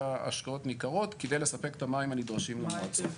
השקעות ניכרות כדי לספק את המים הנדרשים למועצות.